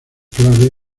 clave